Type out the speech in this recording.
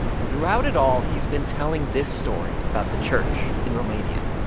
and throughout it all, he's been telling this story about the church in romania.